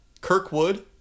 Kirkwood